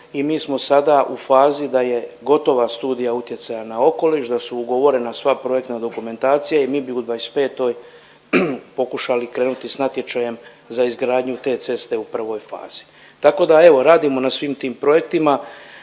I mi smo sada u fazi da je gotova Studija utjecaja na okoliš, da su ugovorena sva projektna dokumentacija i mi bi u 2025. pokušali krenuti sa natječajem za izgradnju te ceste u prvoj fazi. Tako da evo radimo na svim tim projektima,